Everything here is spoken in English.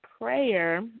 prayer